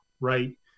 Right